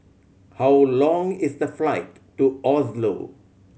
how long is the flight to Oslo